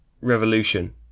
revolution